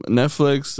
netflix